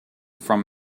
from